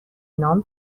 نام